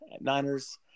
Niners